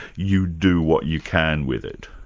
you do what you can with it,